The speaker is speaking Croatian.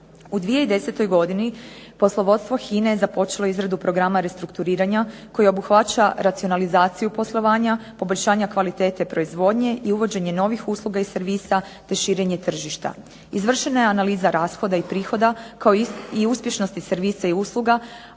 U 2010. godini poslovodstvo HINA-e je započelo izradu programa restrukturiranja koje obuhvaća racionalizaciju poslovanja, poboljšanja kvalitete proizvodnje i uvođenje novih usluga i servisa, te širenje tržišta. Izvršena je analiza rashoda i prihoda kao i uspješnosti servisa i usluga,